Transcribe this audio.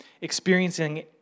experiencing